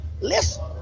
Listen